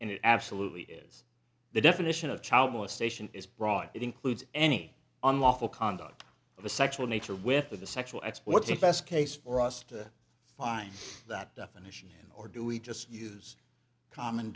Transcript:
and it absolutely is the definition of child molestation is broad it includes any unlawful conduct of a sexual nature with of the sexual exploits a test case for us to find that definition or do we just use common